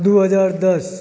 दू हजार दश